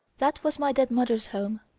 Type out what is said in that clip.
that was my dead mother's home.